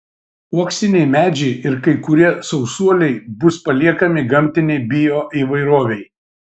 uoksiniai medžiai ir kai kurie sausuoliai bus paliekami gamtinei bioįvairovei